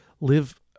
live